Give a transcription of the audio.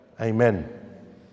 amen